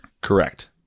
Correct